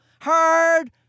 Hard